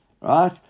Right